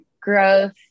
growth